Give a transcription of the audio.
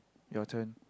your turn